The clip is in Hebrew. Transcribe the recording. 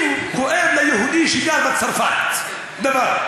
אם כואב ליהודי שגר בצרפת דבר,